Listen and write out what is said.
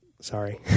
Sorry